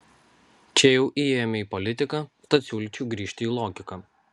čia jau įėjome į politiką tad siūlyčiau grįžti į logiką